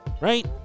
right